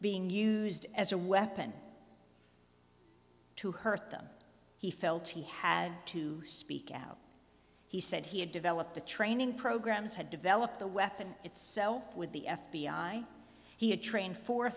being used as a weapon to hurt them he felt he had to speak out he said he had developed the training programs had developed the weapon itself with the f b i he had trained four